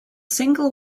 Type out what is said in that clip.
single